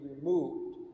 removed